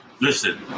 Listen